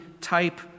type